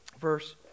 Verse